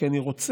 כי אני רוצה.